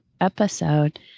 episode